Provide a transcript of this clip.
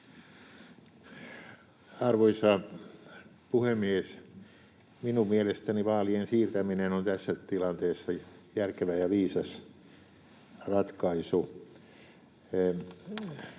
Arvoisa puhemies! Minun mielestäni vaalien siirtäminen on tässä tilanteessa järkevä ja viisas ratkaisu.